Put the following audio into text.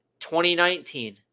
2019